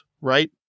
right